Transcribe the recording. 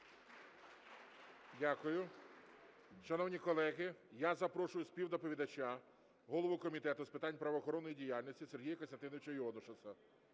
Дякую. Шановні колеги, я запрошую співдоповідача, голову Комітету з питань правоохоронної діяльності Сергія Костянтиновича Іонушаса.